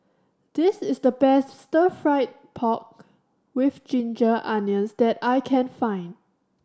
this is the best Stir Fry pork with ginger onions that I can find